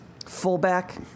Fullback